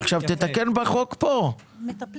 מטפלים בהם.